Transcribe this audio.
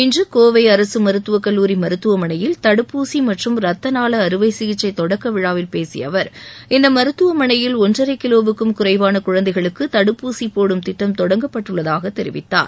இன்று கோவை அரசு மருத்துவக்கல்லூரி மருத்துவமனையில் தடுப்பூசி மற்றும் ரத்த நாள அறுவை சிகிச்சை தொடக்க விழாவில் பேசிய அவர் இந்த மருத்துவமனையில் ஒன்றரை கிலோவுக்கும் குறைவான குழந்தைகளுக்கு தடுப்பூசி போடும் திட்டம் தொடங்கப்பட்டுள்ளதாக தெரிவித்தார்